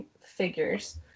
figures